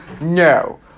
no